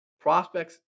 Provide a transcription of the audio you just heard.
Prospects